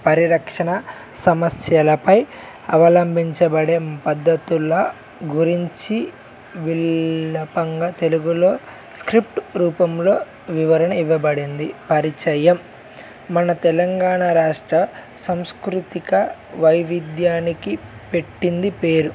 పరిరక్షణ సమస్యలపై అవలంబించబడే పద్ధతుల గురించి విలపంగా తెలుగులో స్క్రిప్ట్ రూపంలో వివరణ ఇవ్వబడింది పరిచయం మన తెలంగాణ రాష్ట్ర సంస్కృతిక వైవిధ్యానికి పెట్టింది పేరు